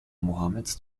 mohammeds